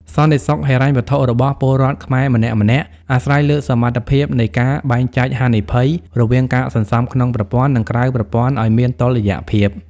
សន្តិសុខហិរញ្ញវត្ថុរបស់ពលរដ្ឋខ្មែរម្នាក់ៗ អាស្រ័យលើសមត្ថភាពនៃការ "បែងចែកហានិភ័យ" រវាងការសន្សំក្នុងប្រព័ន្ធ និងក្រៅប្រព័ន្ធឱ្យមានតុល្យភាព។